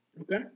Okay